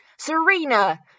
Serena